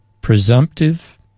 presumptive